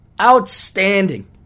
Outstanding